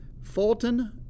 Fulton